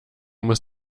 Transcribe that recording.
muss